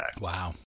Wow